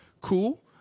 cool